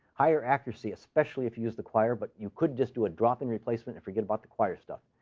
higher accuracy, especially if you use the quire, but you could just do a drop-in replacement and forget about the quire stuff.